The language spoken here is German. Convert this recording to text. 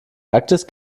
arktis